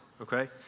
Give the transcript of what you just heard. okay